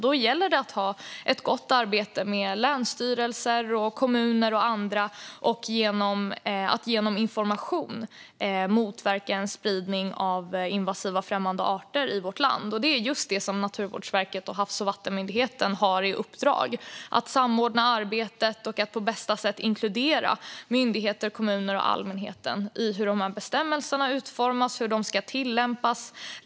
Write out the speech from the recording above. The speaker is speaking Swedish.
Då gäller det att ha ett gott arbete med länsstyrelser, kommuner och andra. Det handlar om att genom information motverka en spridning av invasiva främmande arter i vårt land. Det är just det som Naturvårdsverket och Havs och vattenmyndigheten har i uppdrag att göra. De ska samordna arbetet och på bästa sätt inkludera myndigheter, kommuner och allmänheten i hur bestämmelserna utformas och hur de ska tillämpas.